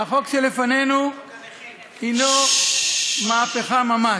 החוק שלפנינו הנו מהפכה ממש.